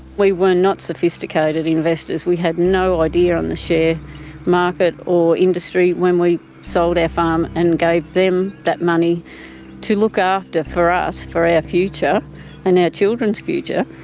we were not sophisticated investors. we had no idea on the share market or industry when we sold our farm and gave them that money to look after for us, for our future and our children's future.